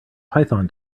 python